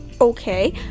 Okay